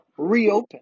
reopen